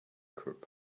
curb